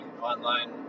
online